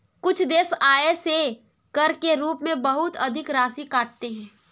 कुछ देश आय से कर के रूप में बहुत अधिक राशि काटते हैं